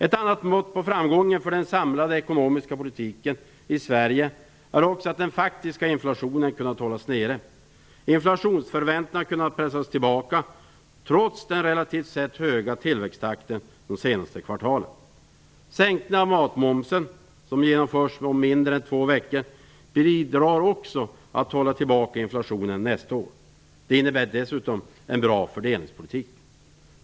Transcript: Ett annat mått på framgången för den samlade ekonomiska politiken i Sverige är också att den faktiska inflationen kunnat hållas nere. Inflationsförväntningarna har kunnat pressas tillbaka trots den relativt sett höga tillväxttakten de senaste kvartalen. Sänkningen av matmomsen, som genomförs om mindre än två veckor, bidrar också till att hålla tillbaka inflationen nästa år. Det innebär dessutom en bra fördelningspolitik.